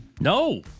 No